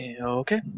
Okay